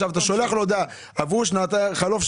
אתה שולח לו הודעה שעברו שנתיים,